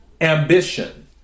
Ambition